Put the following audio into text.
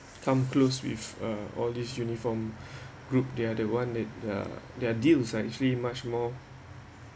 come close with uh all this uniform group they are the one that uh there are deals are actually much more